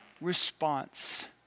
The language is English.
response